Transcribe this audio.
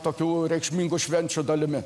tokių reikšmingų švenčių dalimi